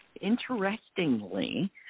interestingly